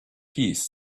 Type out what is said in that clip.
piece